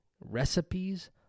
recipes